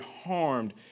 harmed